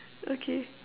okay